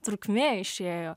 trukmė išėjo